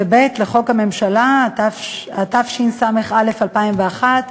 ו-(ב) לחוק הממשלה, התשס"א 2001,